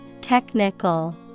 Technical